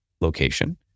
location